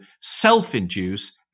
self-induce